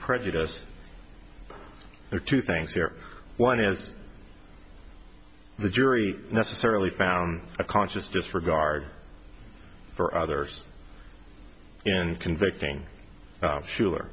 prejudice there are two things here one is the jury necessarily found a conscious disregard for others in convicting